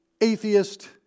atheist